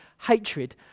hatred